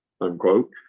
unquote